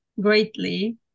greatly